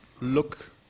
look